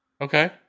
Okay